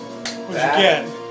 Again